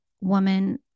woman